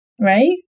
Right